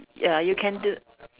ya you can do